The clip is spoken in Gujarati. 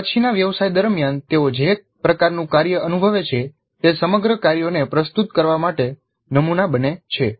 તેમના પછીના વ્યવસાય દરમિયાન તેઓ જે પ્રકારનું કાર્ય અનુભવે છે તે સમગ્ર કાર્યોને પ્રસ્તુત કરવા માટે નમુના બને છે